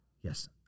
yes